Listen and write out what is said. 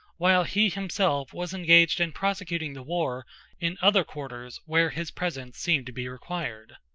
while he himself was engaged in prosecuting the war in other quarters where his presence seemed to be required.